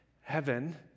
heaven